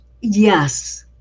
Yes